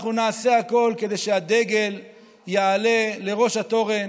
אנחנו נעשה הכול כדי שהדגל יעלה לראש התורן.